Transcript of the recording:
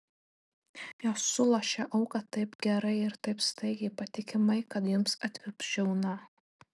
jos sulošia auką taip gerai ir taip staigiai patikimai kad jums atvips žiauna